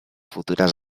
futures